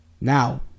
now